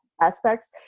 aspects